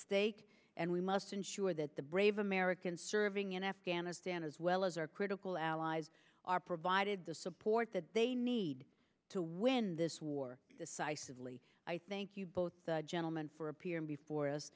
stake and we must ensure that the brave americans serving in afghanistan as well as our critical allies are provided the support that they need to win this war decisively i thank you both the gentleman for appearing before us